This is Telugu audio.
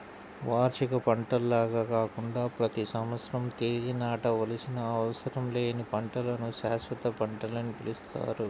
వార్షిక పంటల్లాగా కాకుండా ప్రతి సంవత్సరం తిరిగి నాటవలసిన అవసరం లేని పంటలను శాశ్వత పంటలని పిలుస్తారు